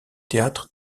théâtre